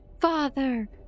Father